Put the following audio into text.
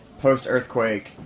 post-earthquake